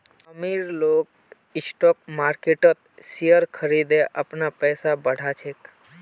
अमीर लोग स्टॉक मार्किटत शेयर खरिदे अपनार पैसा बढ़ा छेक